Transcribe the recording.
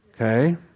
okay